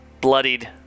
bloodied